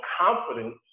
confidence